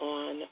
on